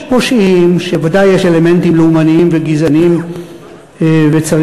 יש פושעים שוודאי יש במעשיהם אלמנטים לאומניים וגזעניים וצריך,